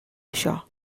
això